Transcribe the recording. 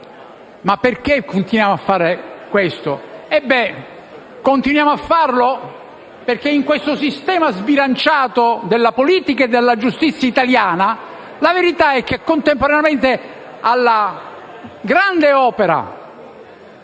Ma perché continuiamo a fare questo? Continuiamo a fare ciò perché in questo sistema sbilanciato della politica e della giustizia italiana, la verità è che, contemporaneamente alla grande opera